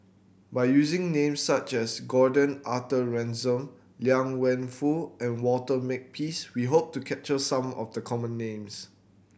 by using names such as Gordon Arthur Ransome Liang Wenfu and Walter Makepeace we hope to capture some of the common names